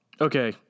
Okay